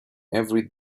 every